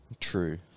true